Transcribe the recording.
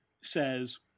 says